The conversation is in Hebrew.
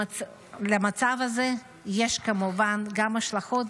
למצב הזה יש כמובן גם השלכות